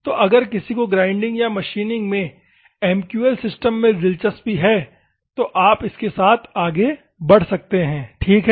तो अगर किसी को ग्राइंडिंग या मशीनिंग में MQL सिस्टम में दिलचस्पी है तो आप इसके साथ आगे बढ़ सकते हैं ठीक है